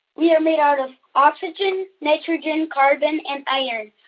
we are made out of oxygen, nitrogen, carbon and iron.